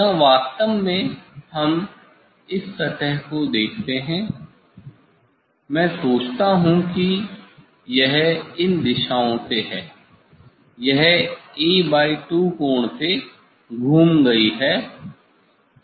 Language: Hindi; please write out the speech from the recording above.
यहाँ वास्तव में हम इस सतह को देखते हैं मैं सोचता हूँ कि यह इन दिशाओं से है यह A2 कोण से घूम गयी है